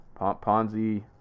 Ponzi